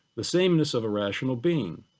the sameness of a rational being,